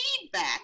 feedback